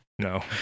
no